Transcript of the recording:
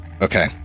Okay